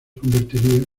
convertiría